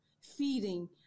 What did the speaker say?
feeding